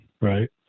Right